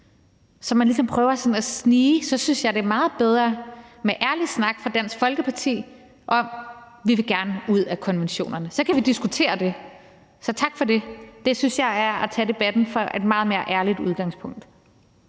ligesom prøver at snige igennem. Så synes jeg, det er meget bedre med ærlig snak fra Dansk Folkeparti om, at de gerne vil ud af konventionerne, og så kan vi diskutere det. Så tak for det. Det synes jeg er at tage debatten fra et meget mere ærligt udgangspunkt.